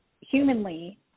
humanly